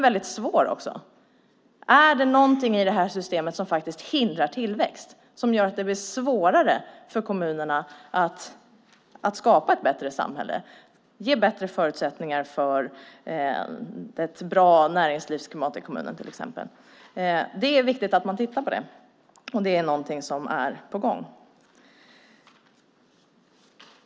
Är det något i det här systemet som hindrar tillväxt, som gör att det blir svårare för kommunerna att skapa ett bättre samhälle och ge bättre förutsättningar för ett bra näringslivsklimat? Det är viktigt att man tittar på det. Det är något som är på gång.